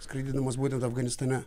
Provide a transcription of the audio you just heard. skraidydamas būtent afganistane